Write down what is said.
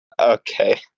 Okay